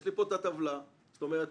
יש לי פה את הטבלה, זאת אומרת